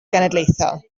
genedlaethol